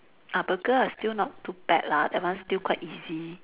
ah burger ah still not too bad lah that one still quite easy